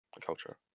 culture